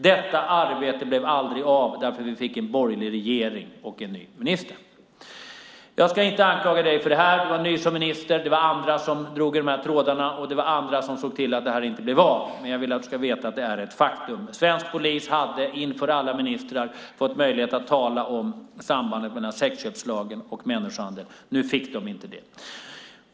Detta arbete blev aldrig av, för vi fick en borgerlig regering och en ny minister. Jag ska inte anklaga dig för detta. Du var ny som minister, och det var andra som drog i trådarna och såg till att det här inte blev av, men jag vill att du ska veta att det är ett faktum. Svensk polis hade inför alla ministrar fått möjlighet att tala om sambandet mellan sexköpslagen och människohandel. Nu fick de inte det.